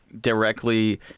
directly